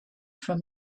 from